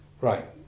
Right